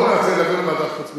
או להעביר לוועדת חוץ וביטחון.